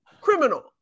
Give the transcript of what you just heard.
criminal